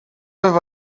have